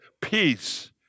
peace